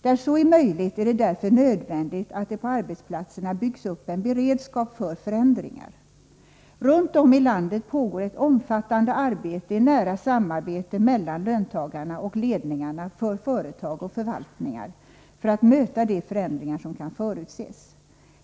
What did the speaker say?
Där så är möjligt, är det därför nödvändigt att det på arbetsplatserna byggs upp en beredskap för förändringar. Runt om i landet pågår ett omfattande arbete i nära samarbete mellan löntagarna och ledningarna för företag och förvaltningar för att möta de förändringar som kan förutses.